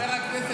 חבר הכנסת